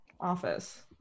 office